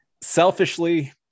selfishly